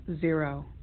zero